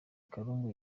karungu